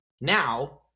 Now